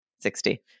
Sixty